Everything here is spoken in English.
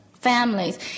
Families